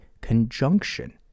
conjunction